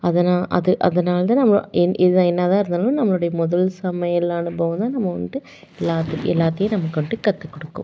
அது அது அதனால தான் நம்ம என் எது என்ன தான் இருந்தாலும் நம்மளுடைய முதல் சமையல் அனுபவம் தான் நம்ம வந்துட்டு எல்லாத்தை எல்லாத்தையும் நமக்கு வந்துட்டு கற்றுக் கொடுக்கும்